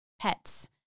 pets